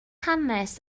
hanes